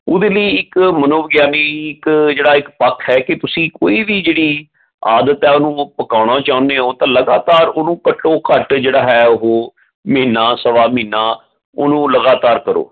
ਉਹਦੇ ਲਈ ਇੱਕ ਮਨੋਵਿਗਿਆਨੀ ਇੱਕ ਜਿਹੜਾ ਇੱਕ ਪੱਖ ਹੈ ਕਿ ਤੁਸੀਂ ਕੋਈ ਵੀ ਜਿਹੜੀ ਆਦਤ ਹੈ ਉਹਨੂੰ ਪਕਾਉਣਾ ਚਾਹੁੰਦੇ ਹੋ ਤਾਂ ਲਗਾਤਾਰ ਉਹਨੂੰ ਘੱਟੋ ਘੱਟ ਜਿਹੜਾ ਹੈ ਉਹ ਮਹੀਨਾ ਸਵਾ ਮਹੀਨਾ ਉਹਨੂੰ ਲਗਾਤਾਰ ਕਰੋ